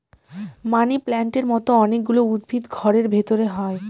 মানি প্লান্টের মতো অনেক গুলো উদ্ভিদ ঘরের ভেতরে হয়